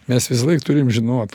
mes visąlaik turim žinot